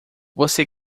você